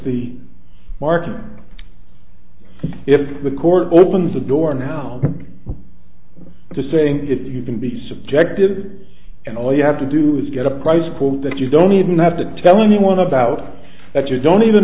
the market if the court opens the door now to saying if you can be subjected and all you have to do is get a price quote that you don't even have to tell anyone about that you don't even